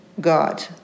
God